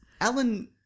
Alan